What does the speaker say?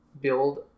build